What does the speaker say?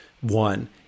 one